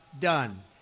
done